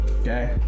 Okay